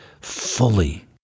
fully